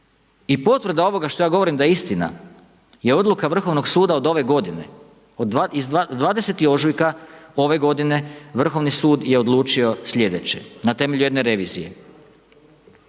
I potvrda ovoga što ja govorim da je istina je odluka Vrhovnog suda od ove godine iz 20. ožujka ove godine Vrhovni sud je odluči sljedeće na temelju jedne revizije.